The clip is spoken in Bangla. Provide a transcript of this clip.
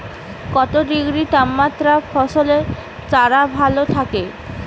কত ডিগ্রি তাপমাত্রায় ফসলের চারা ভালো থাকে?